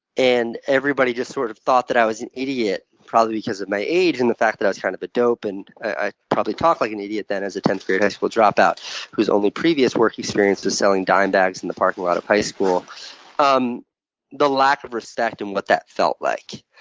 and everybody just sort of thought that i was an idiot, probably because of my age and the fact that i was kind of a but dope, and i probably talked like an idiot then, as a tenth grade high school dropout whose only previous work experience was selling dime bags in the parking lot of high school um the lack of respect and what that felt like.